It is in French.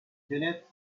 kenneth